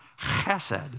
chesed